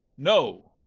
no,